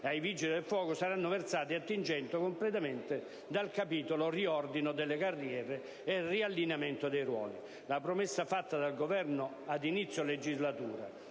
ai vigili del fuoco saranno versati attingendo completamente dal capitolo «riordino delle carriere e riallineamento dei ruoli». La promessa fatta dal Governo ad inizio legislatura